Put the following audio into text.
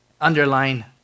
underline